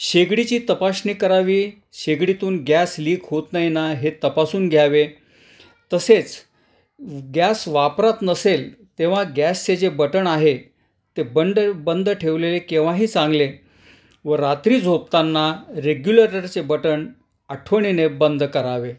शेगडीची तपासणी करावी शेगडीतून गॅस लीक होत नाही ना हे तपासून घ्यावे तसेच गॅस वापरात नसेल तेव्हा गॅसचे जे बटण आहे ते बंड बंद ठेवलेले केव्हाही चांगले व रात्री झोपताना रेग्युलेटरचे बटण आठवणीने बंद करावे